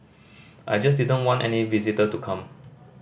I just didn't want any visitor to come